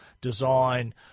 design